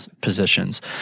positions